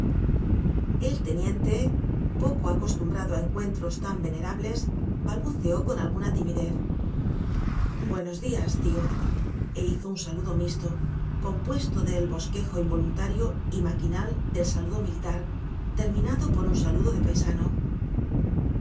el teniente poco acostumbrado á encuentros tan venerables balbuceó con alguna timidez buenos dias tio é hizo un saludo misto compuesto del bosquejo involuntario y maquinal del saludo militar terminado por un saludo de paisano